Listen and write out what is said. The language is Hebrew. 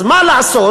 אז מה לעשות?